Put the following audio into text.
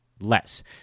less